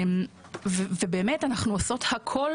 אנחנו עושות הכול